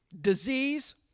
disease